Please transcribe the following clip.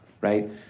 right